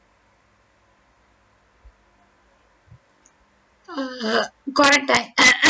quarantine